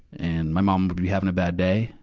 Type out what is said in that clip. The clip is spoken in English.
and my mom would be having a bad day.